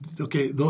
okay